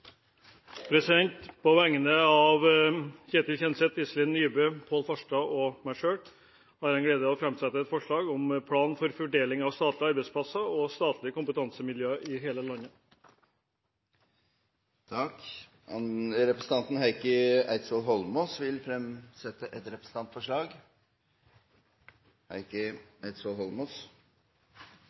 På vegne av representantene Pål Farstad, Iselin Nybø, Ketil Kjenseth og meg selv har jeg den glede av å framsette et forslag om en plan for fordeling av statlige arbeidsplasser og statlig kompetansemiljøer i hele landet. Representanten Heikki Eidsvoll Holmås vil fremsette et representantforslag.